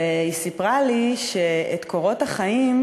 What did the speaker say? והיא סיפרה לי שאת המועמדות